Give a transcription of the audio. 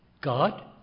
God